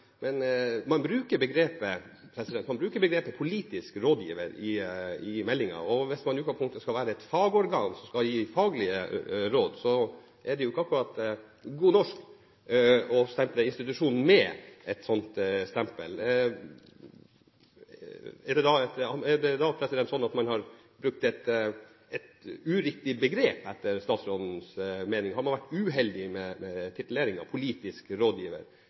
men man bruker begrepet «politisk rådgiver» i meldingen, og hvis man i utgangspunktet skal være et fagorgan som skal gi faglige råd, er det ikke akkurat god norsk å gi institusjonen et sånt stempel. Er det sånn at man har brukt et uriktig begrep etter statsrådens mening? Har man vært uheldig med tituleringen «politisk rådgiver»?